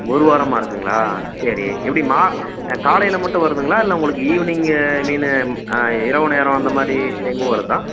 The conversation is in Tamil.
ஒரு வாரமா இருக்குங்களா சரி எப்படிம்மா காலையில் மட்டும் வருதுங்களா இல்லை உங்களுக்கு ஈவ்னிங்கு நீனு இரவு நேரம் அந்தமாதிரி டைமும் வருதா